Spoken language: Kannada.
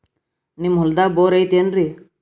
ನಿಮ್ಮ ಹೊಲ್ದಾಗ ಬೋರ್ ಐತೇನ್ರಿ?